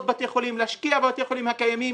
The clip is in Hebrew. בתי חולים אלא להשקיע בבתי החולים הקיימים.